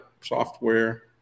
software